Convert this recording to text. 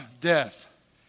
death